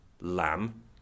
Lamb